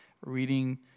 reading